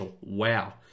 wow